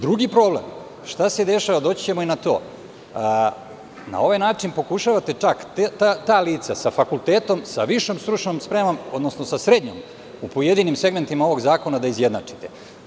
Drugi problem koji se dešava, jer, doći ćemo i na to, na ovaj način čak pokušavate da ta lica sa fakultetom, sa višom stručnom spremom, odnosno sa srednjom u pojedinim segmentima ovog zakona, da izjednačite.